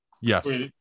Yes